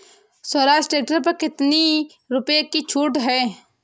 Swaraj tractor पर कितनी रुपये की छूट है?